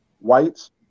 Whites